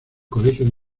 colegio